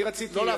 אני רציתי,